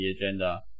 agenda